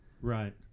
Right